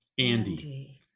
andy